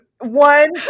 one